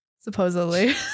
Supposedly